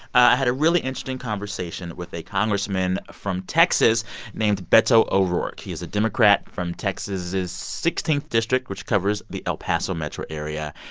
i had a really interesting conversation with a congressman from texas named beto o'rourke. he is a democrat from texas' sixteenth district, which covers the el paso metro area.